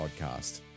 podcast